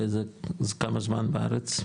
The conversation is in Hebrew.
כמה זמן בארץ?